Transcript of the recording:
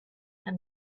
and